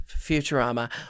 Futurama